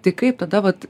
tai kaip tada vat